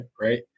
Right